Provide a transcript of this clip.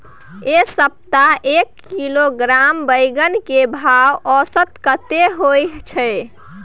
ऐ सप्ताह एक किलोग्राम बैंगन के भाव औसत कतेक होय छै?